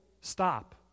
Stop